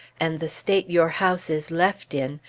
and the state your house is left in,